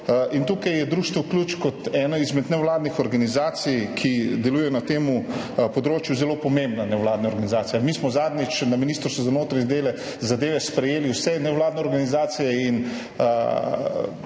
Tukaj je Društvo Ključ kot ena izmed nevladnih organizacij, ki delujejo na tem področju, zelo pomembna nevladna organizacija. Mi smo zadnjič na Ministrstvu za notranje zadeve sprejeli vse nevladne organizacije in